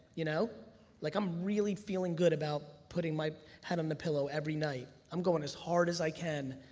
you know like i'm really feeling good about putting my head on the pillow every night. i'm going as hard as i can,